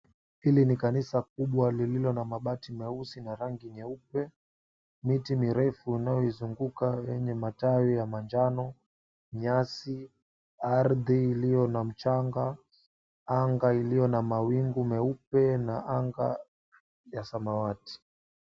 Hili ni kanisa kubwa lililo na mabati meusi na rangi nyeupe, miti mirefu inayoizunguka yenye matawi ya manjano, nyasi, ardhi iliyo na mchanga, anga iliyo na mawingu meupe na anga ya samawati.